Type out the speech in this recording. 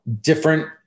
different